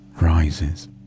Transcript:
rises